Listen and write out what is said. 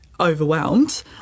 overwhelmed